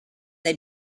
they